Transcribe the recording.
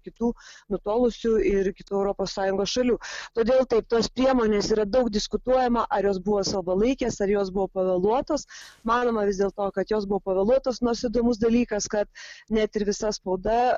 kitų nutolusių ir kitų europos sąjungos šalių todėl taip tos priemonės yra daug diskutuojama ar jos buvo savalaikės ar jos buvo pavėluotos manoma vis dėl to kad jos buvo pavėluotos nors įdomus dalykas kad net ir visa spauda